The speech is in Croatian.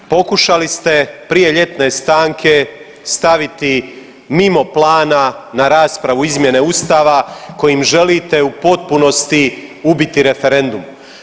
Pokušali ste prije ljetne stanke staviti mimo plana na raspravu izmjene Ustava kojim želite u potpunosti ubiti referendum.